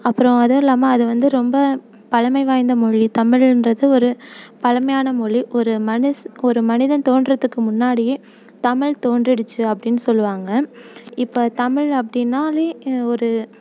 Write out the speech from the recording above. அப்புறோம் அதுவும் இல்லாமல் அது வந்து ரொம்ப பழமை வாய்ந்த மொழி தமிழ்ன்றது ஒரு பழமையான மொழி ஒரு மனசு ஒரு மனிதன் தோன்றதுக்கு முன்னாடியே தமிழ் தோன்றிடுச்சு அப்படினு சொல்லுவாங்க இப்போ தமிழ் அப்படினாலே ஒரு